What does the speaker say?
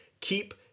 keep